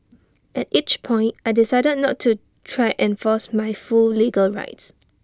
at each point I decided not to try enforce my full legal rights